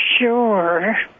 sure